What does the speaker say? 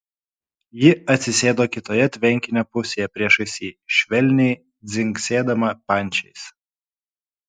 ji atsisėdo kitoje tvenkinio pusėje priešais jį švelniai dzingsėdama pančiais